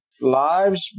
lives